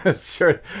sure